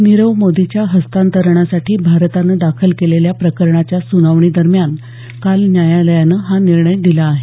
नीरव मोदीच्या हस्तांतरणासाठी भारतानं दाखल केलेल्या प्रकरणाच्या सुनावणी दरम्यान काल न्यायालयानं हा निर्णय दिला आहे